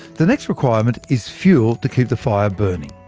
the next requirement is fuel to keep the fire burning.